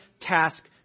task